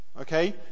Okay